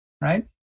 right